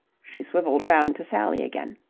she swivelled round to sally again.